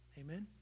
Amen